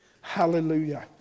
Hallelujah